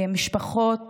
במשפחות